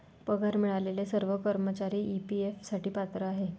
पगार मिळालेले सर्व कर्मचारी ई.पी.एफ साठी पात्र आहेत